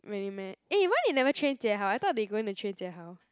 really meh eh why they never train Jie-Hao I thought they going to train Jie-Hao